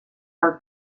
del